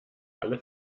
alle